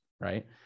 Right